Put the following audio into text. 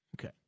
Okay